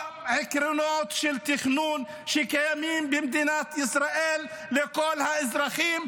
עקרונות של תכנון שקיימים במדינת ישראל לכל האזרחים,